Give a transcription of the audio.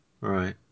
Right